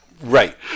Right